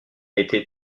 été